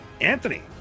Anthony